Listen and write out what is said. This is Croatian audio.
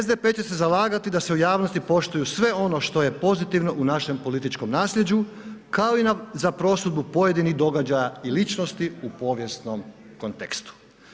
SDP će se zalagati da se u javnosti poštuju sve ono što je pozitivno u našem političkom nasljeđu kao i za prosudbu pojedinih događaja i ličnosti u povijesnom kontekstu.